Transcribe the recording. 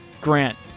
grant